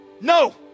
no